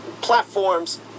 platforms